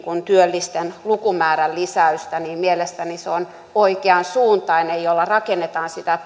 työllisten lukumäärän lisäystä mielestäni se on oikean suuntainen ja sillä rakennetaan sitä